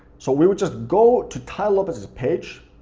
so we would just go to tai lopez's page,